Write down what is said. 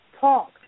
Talk